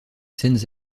scènes